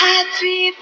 Happy